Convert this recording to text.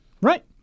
right